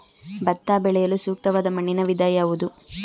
ಭತ್ತ ಬೆಳೆಯಲು ಸೂಕ್ತವಾದ ಮಣ್ಣಿನ ವಿಧ ಯಾವುದು?